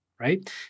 right